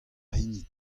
hini